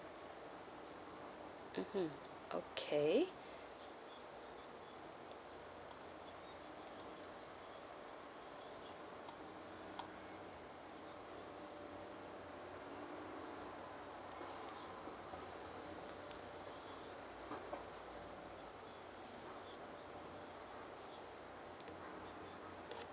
mmhmm okay